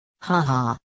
Haha